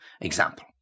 example